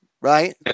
Right